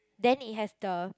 then it has the